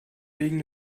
wegen